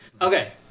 Okay